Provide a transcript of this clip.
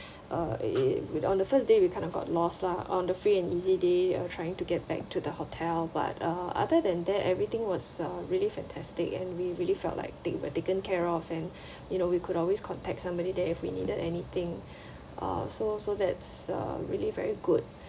uh in in on the first day we kind of got lost lah on the free and easy day uh trying to get back to the hotel but uh other than that everything was uh really fantastic and we really felt like thing were taken care of and you know we could always contact somebody there if we needed anything uh so so that's uh really very good